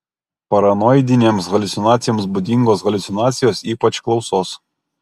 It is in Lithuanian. paranoidinėms haliucinacijoms būdingos haliucinacijos ypač klausos